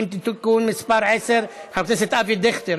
(תיקון מס' 10). חבר הכנסת אבי דיכטר,